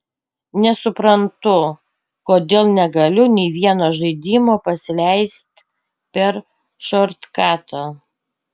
nesuprantu kodėl negaliu nei vieno žaidimo pasileist per šortkatą